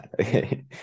okay